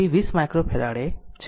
આગળનું બીજું એક ઉદાહરણ છે